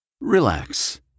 Relax